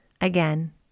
Again